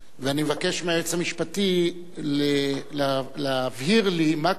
ואני מבקש מהיועץ המשפטי להבהיר לי מה קורה